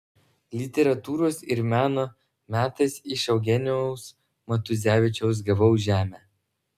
literatūros ir meno metais iš eugenijaus matuzevičiaus gavau žemę